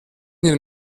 den